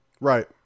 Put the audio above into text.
right